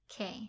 Okay